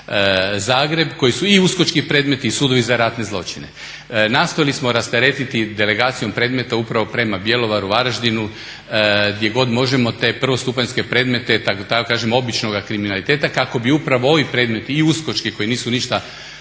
Zagreb koji su i uskočki predmeti i sudovi za ratne zločine. Nastojali smo rasteretiti delegacijom predmeta upravo prema Bjelovaru, Varaždinu, gdje god možemo te prvostupanjske predmete da tako kažem običnoga kriminaliteta kako bi upravo ovi predmeti i uskočki koji nisu ništa